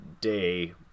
day